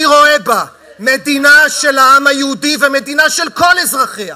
רואה בה מדינה של העם היהודי ומדינה של כל אזרחיה,